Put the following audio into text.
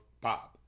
Bob